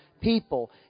people